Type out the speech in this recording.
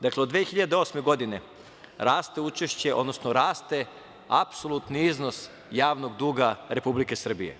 Dakle, od 2008. godine raste učešće, odnosno raste apsolutni iznos javnog duga Republike Srbije.